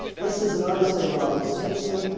this is an artist named robert smithson.